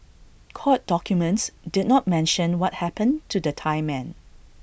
court documents did not mention what happened to the Thai men